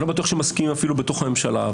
ואני לא בטוח שמסכימים אפילו בתוך הממשלה.